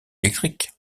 électrique